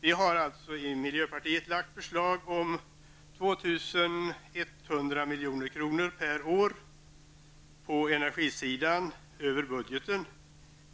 Vi har i miljöpartiet lagt fram förslag om 2 100 milj.kr. per år över budgeten på energisidan.